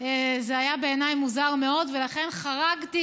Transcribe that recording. וזה היה בעיניי מוזר מאוד, ולכן חרגתי